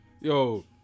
Yo